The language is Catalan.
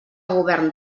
govern